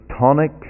tonic